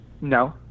No